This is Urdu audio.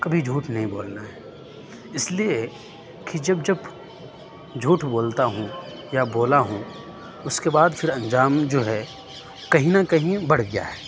کبھی جھوٹ نہیں بولنا ہے اس لیے کہ جب جب جھوٹ بولتا ہوں یا بولا ہوں اس کے بعد پھر انجام جو ہے کہیں نہ کہیں بڑھ گیا ہے